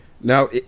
now